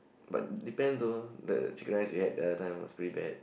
but depend though the chicken rice we had the other time we was really bad